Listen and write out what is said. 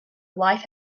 life